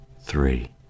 Three